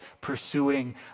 pursuing